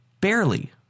barely